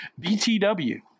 BTW